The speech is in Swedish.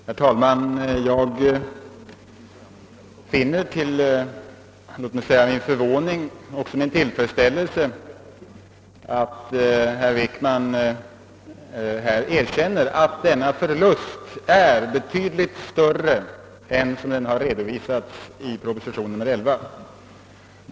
Herr talman! Jag finner med någon förvåning men med stor tillfredsställelse att herr Wickman så snabbt erkänner att förlusten på Durox i verkligheten är betydligt större än den har redovisats i Kungl. Maj:ts proposition nr 11.